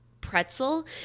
pretzel